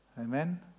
Amen